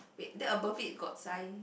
wait then above it got sign